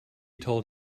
told